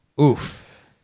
Oof